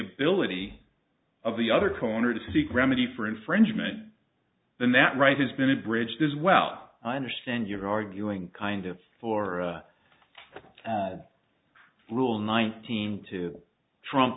ability of the other corner to seek remedy for infringement than that right has been abridged as well i understand you're arguing kind of for rule nineteen two trump